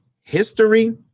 history